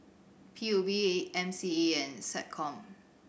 P U B A M C E and SecCom